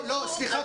ברשותכם,